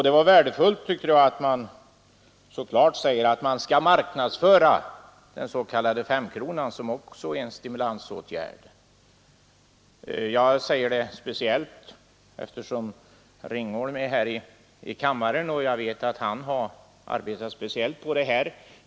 Det var värdefullt att statsrådet så klart säger att man skall marknadsföra den s.k. femkronan, som också är en stimulansåtgärd. Jag säger detta särskilt därför att herr Ringholm är här i kammaren, och jag vet att han har abetat med femkronan.